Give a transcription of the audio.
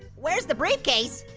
where's the briefcase?